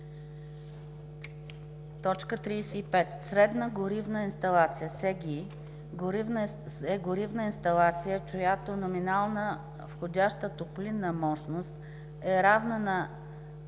„35. „Средна горивна инсталация (СГИ)“ е горивна инсталация, чиято номинална входяща топлинна мощност е равна на